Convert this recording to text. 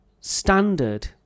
standard